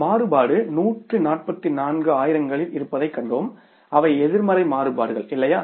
மாறுபாடு 144 ஆயிரங்களில் இருப்பதைக் கண்டோம் அவை எதிர்மறை மாறுபாடுகள் இல்லையா